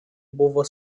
buvo